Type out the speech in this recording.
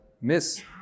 miss